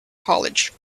college